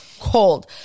cold